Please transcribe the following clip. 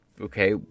Okay